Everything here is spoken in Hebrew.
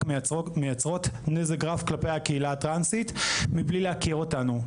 מייצרים נזק רב כלפי הקהילה מבלי להכיר אותנו.